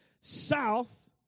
South